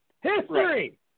History